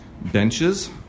benches